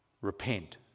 Repent